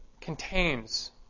contains